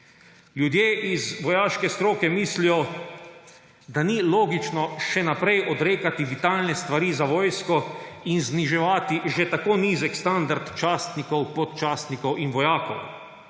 Ljudje iz vojaške stroke mislijo, da ni logično še naprej odrekati digitalne stvari za vojsko in zniževati že tako nizek standard častnikov, podčastnikov in vojakov.